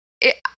It-